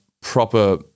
proper